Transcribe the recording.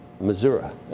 Missouri